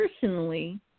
personally